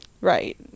right